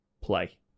play